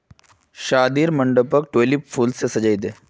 शादीर मंडपक ट्यूलिपेर फूल स सजइ दे